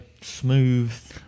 smooth